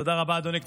תודה רבה, אדוני.